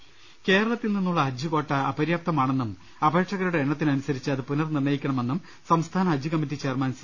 ് കേരളത്തിൽ നിന്നുള്ള ഹജ്ജ് കാട്ട അപര്യാപ്തമാണെന്നും അപേ ക്ഷകരുടെ എണ്ണത്തിനനുസരിച്ച് അത് പുനർ നിർണ്ണയിക്കണമെന്നും സംസ്ഥാന ഹജ്ജ് കമ്മിറ്റി ചെയർമാൻ സി